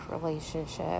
relationship